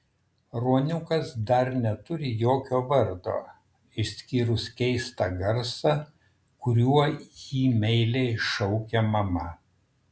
ruoniukas dar neturi jokio vardo išskyrus keistą garsą kuriuo jį meiliai šaukia mama